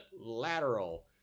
Lateral